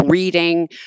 reading